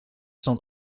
stond